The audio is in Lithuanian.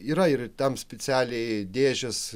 yra ir tam specialiai dėžės